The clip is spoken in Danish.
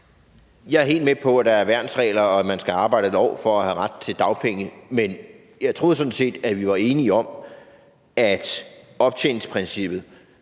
Jeg er helt med på, at der er værnsregler, og at man skal arbejde 1 år for at have ret til dagpenge, men jeg troede sådan set, at vi var enige om, at optjeningsprincipper